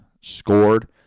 scored